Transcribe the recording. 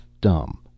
dumb